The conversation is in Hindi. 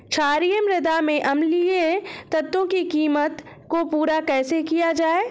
क्षारीए मृदा में अम्लीय तत्वों की कमी को पूरा कैसे किया जाए?